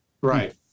Right